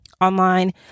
online